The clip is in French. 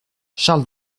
charles